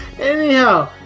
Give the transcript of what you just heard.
Anyhow